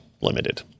limited